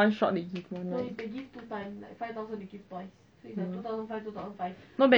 it's just the year fast